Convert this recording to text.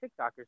TikTokers